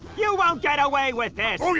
yeah won't get away with this!